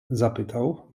zapytał